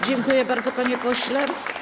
Dziękuję bardzo, panie pośle.